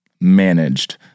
managed